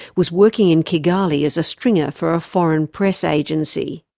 was working in kigali as a stringer for a foreign press agency